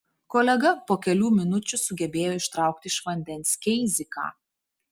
kolega po kelių minučių sugebėjo ištraukti iš vandens keiziką